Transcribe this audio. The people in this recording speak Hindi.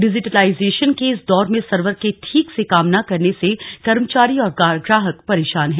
डिजिटलाइजेशन के इस दौर में सर्वर के ठीक से काम न करने से कर्मचारी और ग्राहक परेशान हैं